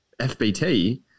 FBT